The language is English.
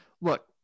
Look